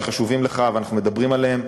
שחשובים לך ואנחנו מדברים עליהם.